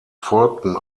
folgten